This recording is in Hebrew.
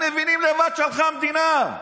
אתם מבינים לבד שהלכה המדינה.